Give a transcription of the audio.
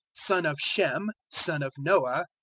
son of shem, son of noah,